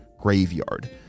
Graveyard